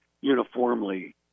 uniformly